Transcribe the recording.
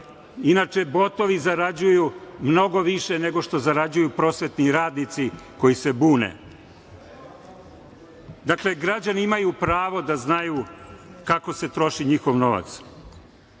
Inače, botovi zarađuju mnogo više nego što zarađuju prosvetni radnici koji se bune. Dakle, građani imaju pravo da znaju kako se troši njihov novac. Ono